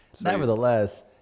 nevertheless